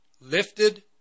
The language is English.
lifted